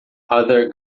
other